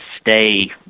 stay